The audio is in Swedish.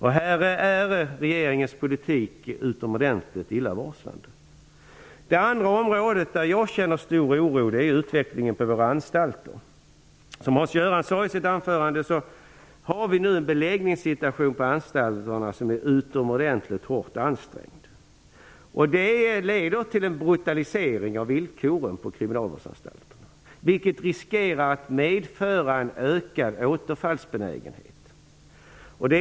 Här är regeringens politik utomordentligt illavarslande. Det andra område där jag känner stor oro är utvecklingen på våra anstalter. Som Hans Göran Franck sade i sitt anförande har vi nu en beläggningssituation på anstalterna som är utomordentligt hårt ansträngd. Det leder till en brutalisering av villkoren på kriminalvårdsanstalterna, vilket riskerar att medföra en ökad återfallsbenägenhet.